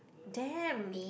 damn